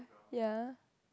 ya